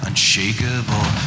unshakable